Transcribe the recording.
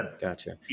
Gotcha